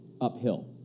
uphill